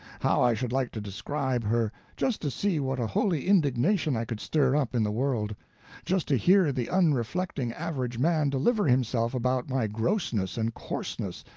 how i should like to describe her just to see what a holy indignation i could stir up in the world just to hear the unreflecting average man deliver himself about my grossness and coarseness,